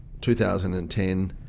2010